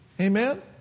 Amen